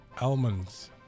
Almonds